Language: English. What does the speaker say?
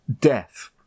death